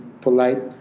polite